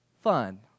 fun